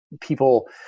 people